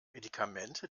medikamente